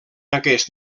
aquest